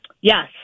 Yes